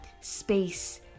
space